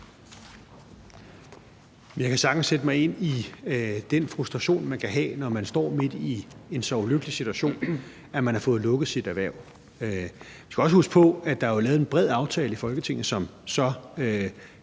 Jeg kan sagtens sætte mig ind i den frustration, man kan have, når man står midt i en så ulykkelig situation, at man har fået lukket sit erhverv. Vi skal også huske på, at der jo er lavet en bred aftale i Folketinget, som så